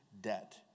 debt